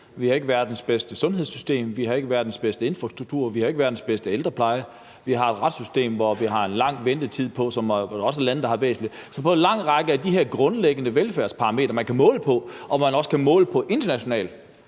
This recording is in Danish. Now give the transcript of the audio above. vi har ikke verdens bedste sundhedssystem, vi har ikke verdens bedste infrastruktur, og vi har ikke verdens bedste ældrepleje. Vi har et retssystem, hvor vi har en lang ventetid, mens der er andre lande, der har en væsentlig kortere. Så ud af en lang række af de her grundlæggende velfærdsparametre, man kan måle på, og som man også kan måle på internationalt,